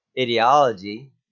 ideology